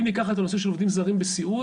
אם ניקח את הנושא של עובדים זרים בסיעוד,